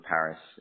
Paris